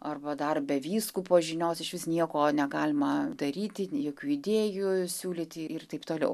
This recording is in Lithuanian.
arba dar be vyskupo žinios išvis nieko negalima daryti jokių idėjų siūlyti ir taip toliau